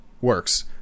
works